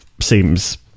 seems